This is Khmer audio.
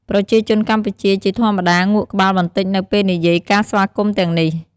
ប្រជាជនកម្ពុជា ជាធម្មតា ងក់ក្បាលបន្តិចនៅពេលនិយាយការស្វាគមន៍ទាំងនេះ។